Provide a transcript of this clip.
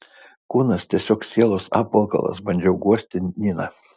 kūnas tiesiog sielos apvalkalas bandžiau guosti niną